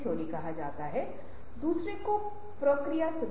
एक जोखिम है कि यह बाजार में सफल नहीं हो सकता है